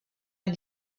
les